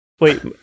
Wait